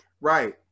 Right